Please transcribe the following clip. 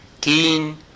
keen